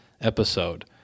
episode